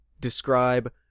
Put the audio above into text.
describe